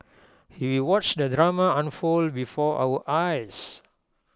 he watched the drama unfold before our eyes